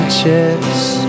chest